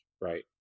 right